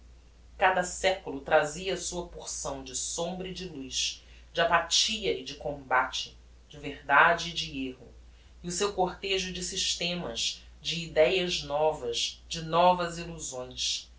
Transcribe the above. cada seculo trazia a sua porção de sombra e de luz de apathia e de combate de verdade e de erro e o seu cortejo de systemas de idéas novas de novas illusões